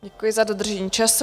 Děkuji za dodržení času.